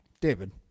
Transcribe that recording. David